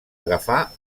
agafar